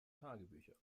tagebücher